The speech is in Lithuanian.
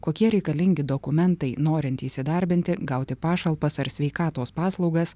kokie reikalingi dokumentai norint įsidarbinti gauti pašalpas ar sveikatos paslaugas